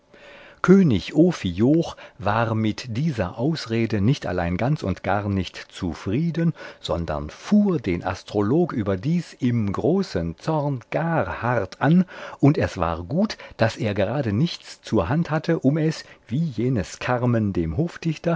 könig ophioch war mit dieser ausrede nicht allein ganz und gar nicht zufrieden sondern fuhr den astrolog überdies im großen zorn gar hart an und es war gut daß er gerade nichts zur hand hatte um es wie jenes karmen dem